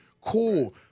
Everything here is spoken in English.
Cool